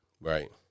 Right